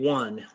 one